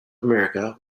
america